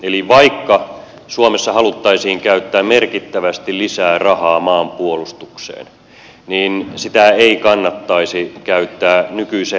eli vaikka suomessa haluttaisiin käyttää merkittävästi lisää rahaa maanpuolustukseen niin sitä ei kannattaisi käyttää nykyiseen rakenteeseen